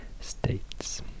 states